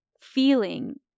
feeling